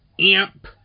AMP